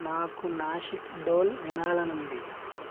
నాకు నాషిక్ ఢోల్ వినాలని ఉంది